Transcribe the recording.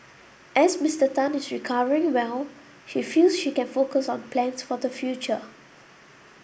as Mister Tan is recovering well she feels she can focus on plans for the future